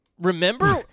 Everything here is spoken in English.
remember